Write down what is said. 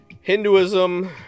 Hinduism